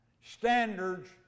standards